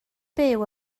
byw